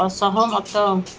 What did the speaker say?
ଅସହମତ